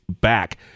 back